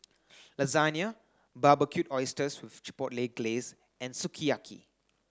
Lasagna Barbecued Oysters with Chipotle Glaze and Sukiyaki